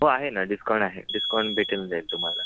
हो आहे ना डिस्काउंट आहे डिस्काउंट भेटून जाईल तुम्हाला